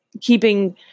keeping